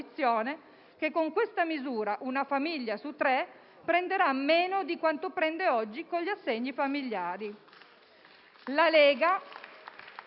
che, con questa misura, una famiglia su tre prenderà meno di quanto prende oggi con gli assegni familiari.